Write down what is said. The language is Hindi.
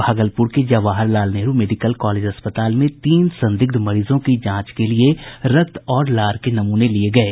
भागलपुर के जवाहर लाल नेहरू मेडिकल कॉलेज अस्पताल में तीन संदिग्ध मरीजों की जांच के लिए रक्त और लार के नमूने लिये गये